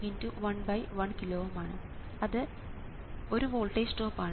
ഇത് ഒരു voltage drop ആണ്